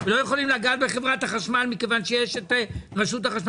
ולא יכולים לגעת בחברת החשמל מכיוון שיש את רשות החשמל.